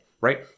right